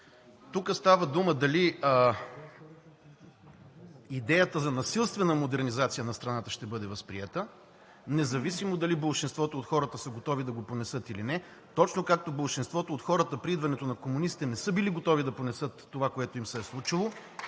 Тук става дума, дали идеята за насилствена модернизация на страна ще бъде възприета, независимо дали болшинството от хората са готови да го понесат или не. Болшинството от хората при идването на комунистите не са били готови да понесат това, което им се е случило